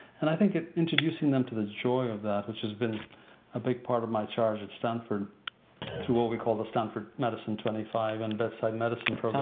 and i think introducing them to the joy of that, which has been a big part of my charge at stanford through what we call the stanford medicine twenty five and bedside medicine program.